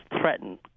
threatened